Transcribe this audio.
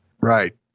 Right